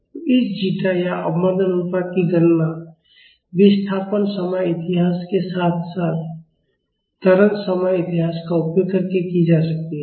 तो इस जीटा या अवमंदन अनुपात की गणना विस्थापन समय इतिहास के साथ साथ त्वरण समय इतिहास का उपयोग करके की जा सकती है